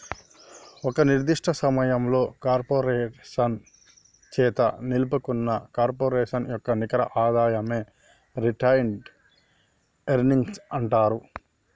ఒక నిర్దిష్ట సమయంలో కార్పొరేషన్ చేత నిలుపుకున్న కార్పొరేషన్ యొక్క నికర ఆదాయమే రిటైన్డ్ ఎర్నింగ్స్ అంటరు